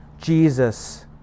Jesus